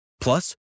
Plus